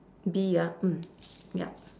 bee ah mm yup